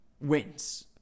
Wins